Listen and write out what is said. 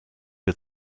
wir